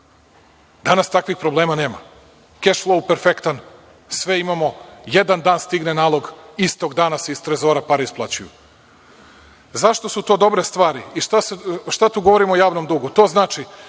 Danas takvih problema nema. Keš flou je perfektan. Sve imamo. Jedan dan stigne nalog, istog dana se iz Trezora pare isplaćuju.Zašto su to dobre stvari? Šta to govori o javnom dugu?